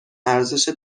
ارزش